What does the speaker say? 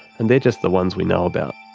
and they're just the ones we know about.